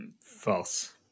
False